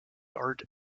art